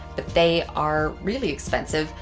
but they are really expensive.